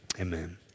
amen